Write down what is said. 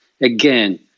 again